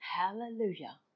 hallelujah